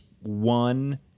one